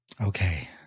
Okay